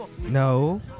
No